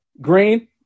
Green